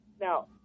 Now